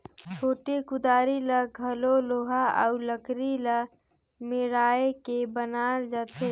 छोटे कुदारी ल घलो लोहा अउ लकरी ल मेराए के बनाल जाथे